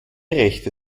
rechte